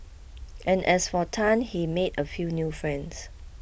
and as for Tan he made a few new friends